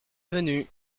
venu